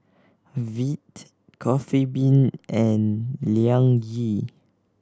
Veet Coffee Bean and Liang Yi